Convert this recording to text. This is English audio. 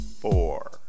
Four